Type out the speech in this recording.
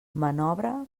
manobre